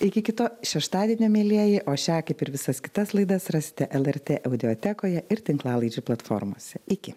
iki kito šeštadienio mielieji o šią kaip ir visas kitas laidas rasite lrt audiotekoje ir tinklalaidžių platformose iki